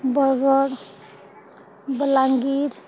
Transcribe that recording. Bargarh Balangir